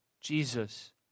Jesus